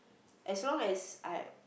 as long as I